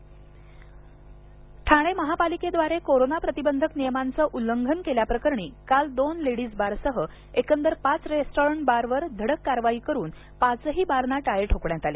Thane bar Thane महानगरपालिकेद्वारे corona प्रतिबंधक नियमांचं उल्लंघन केल्याप्रकरणी काल दोन लेडीज बारसह एकंदर पाच रेस्टॅारंट बारवर धडक कारवाई करून पाचही बारना टाळे ठोकण्यात आले